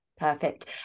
Perfect